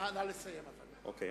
נא לסיים, אדוני.